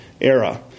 era